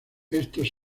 estos